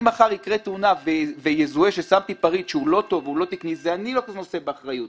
אם עכשיו תקרה תאונה ויזוהה ששמתי פריט לא תקני אז אני נושא באחריות.